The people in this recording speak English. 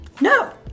no